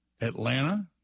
Atlanta